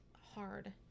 hard